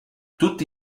tutti